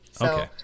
Okay